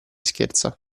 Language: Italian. scherza